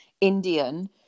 Indian